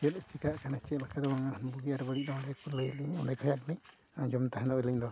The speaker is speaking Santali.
ᱪᱮᱫ ᱮ ᱪᱤᱠᱟᱹᱜ ᱠᱟᱱᱟ ᱪᱮᱫ ᱵᱟᱝ ᱵᱩᱜᱤ ᱟᱨ ᱵᱟᱹᱲᱤᱡ ᱫᱚ ᱚᱸᱰᱮ ᱜᱮᱠᱚ ᱞᱟᱹᱭ ᱟᱹᱞᱤᱧᱟ ᱚᱸᱰᱮ ᱠᱷᱚᱱᱟᱜ ᱜᱮᱞᱤᱧ ᱟᱸᱡᱚᱢ ᱛᱟᱦᱮᱸᱫ ᱟᱹᱞᱤᱧ ᱫᱚ